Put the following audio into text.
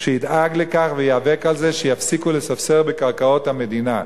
שידאג לכך ויאבק על זה שיפסיקו לספסר בקרקעות המדינה.